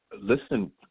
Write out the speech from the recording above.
Listen